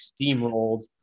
steamrolled